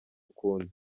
ukundi